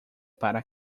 para